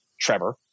Trevor